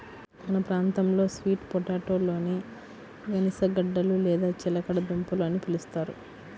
మన ప్రాంతంలో స్వీట్ పొటాటోలని గనిసగడ్డలు లేదా చిలకడ దుంపలు అని పిలుస్తారు